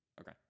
Okay